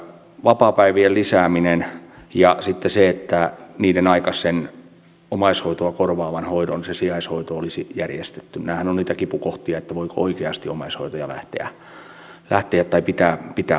vapaapäivien lisääminen ja sitten se että niiden aikainen omaishoitoa korvaava hoito se sijaishoito olisi järjestetty nämähän ovat niitä kipukohtia siinä voiko oikeasti omaishoitaja pitää vapaapäivänsä